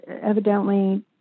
evidently